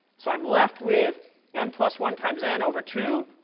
so i'm left with n plus one times n over two.